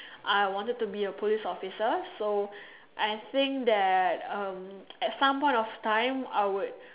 I wanted to be a police officer so I think that um at some point of time I would